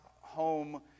home